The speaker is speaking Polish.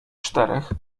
czterech